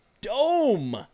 Dome